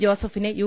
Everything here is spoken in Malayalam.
ജോസഫിനെ യു